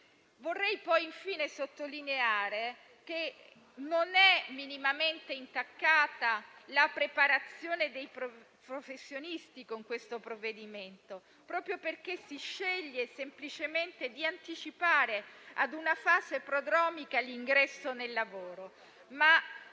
Vorrei poi infine sottolineare che non è minimamente intaccata la preparazione dei professionisti con il provvedimento al nostro esame, proprio perché si sceglie semplicemente di anticipare a una fase prodromica l'ingresso nel lavoro, e